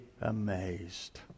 amazed